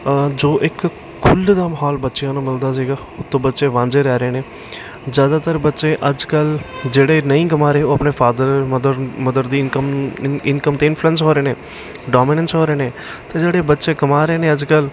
ਜੋ ਇੱਕ ਖੁੱਲ ਦਾ ਮਾਹੌਲ ਬੱਚਿਆਂ ਨੂੰ ਮਿਲਦਾ ਸੀਗਾ ਉਹ ਤੋਂ ਬੱਚੇ ਵਾਂਝੇ ਰਹਿ ਰਹੇ ਨੇ ਜ਼ਿਆਦਾਤਰ ਬੱਚੇ ਅੱਜ ਕੱਲ੍ਹ ਜਿਹੜੇ ਨਹੀਂ ਕਮਾ ਰਹੇ ਉਹ ਆਪਣੇ ਫਾਦਰ ਮਦਰ ਮਦਰ ਦੀ ਇਨਕਮ ਇਨ ਇਨਕਮ 'ਤੇ ਇਨਫਲੂਐਂਸ ਹੋ ਰਹੇ ਨੇ ਡੋਮੀਨੈਂਸ ਹੋ ਰਹੇ ਨੇ ਅਤੇ ਜਿਹੜੇ ਬੱਚੇ ਕਮਾ ਰਹੇ ਨੇ ਅੱਜ ਕੱਲ੍ਹ